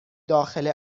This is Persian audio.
داخل